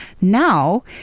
Now